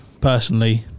personally